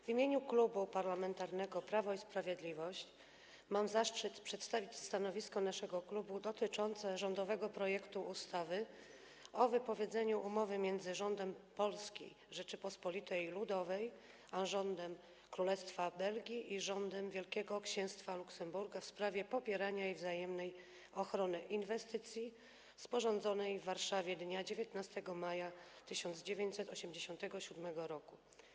W imieniu Klubu Parlamentarnego Prawo i Sprawiedliwość mam zaszczyt przedstawić stanowisko naszego klubu dotyczące rządowego projektu ustawy o wypowiedzeniu Umowy między Rządem Polskiej Rzeczypospolitej Ludowej a Rządem Królestwa Belgii i Rządem Wielkiego Księstwa Luksemburga w sprawie popierania i wzajemnej ochrony inwestycji, sporządzonej w Warszawie dnia 19 maja 1987 r.